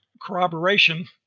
corroboration